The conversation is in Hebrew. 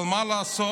אבל מה לעשות,